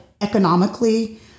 economically